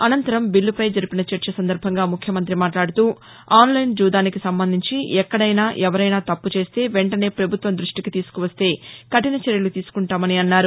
అసంతరం బిల్లపై జరిపిన చర్చ సందర్బంగా ముఖ్యమంత్రి మాట్లాదుతూ ఆన్లైన్ జూదానికి సంబంధించి ఎక్కడైనా ఎవరైనా తప్పు చేస్తే వెంటనే పభుత్వం దృష్టికి తీసుకువస్తే కఠిన చర్యలు తీసుకుంటామన్నారు